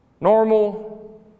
Normal